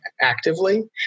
actively